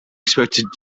expected